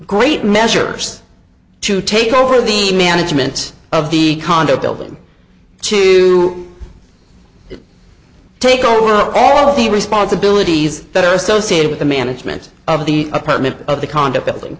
great measures to take over the management of the condo building to take over all of the responsibilities that are associated with the management of the apartment of the condo building